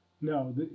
No